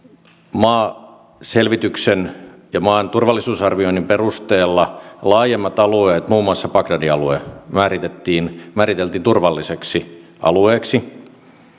maaselvityksen ja maan turvallisuusarvioinnin perusteella laajemmat alueet muun muassa bagdadin alue määriteltiin määriteltiin turvalliseksi alueeksi